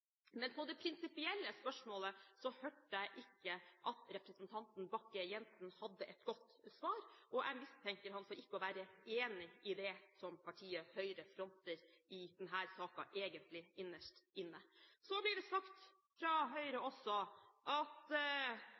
Men på det prinsipielle spørsmålet hørte jeg ikke at representanten Bakke-Jensen hadde et godt svar. Jeg mistenker ham for ikke å være enig i det som partiet Høyre fronter i denne saken – egentlig, innerst inne. Så blir det sagt av Høyre at